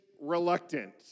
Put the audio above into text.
reluctant